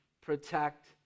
protect